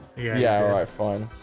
yeah yeah iphone